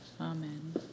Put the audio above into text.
Amen